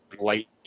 light